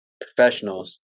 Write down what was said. professionals